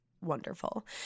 wonderful